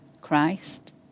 Christ